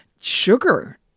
sugar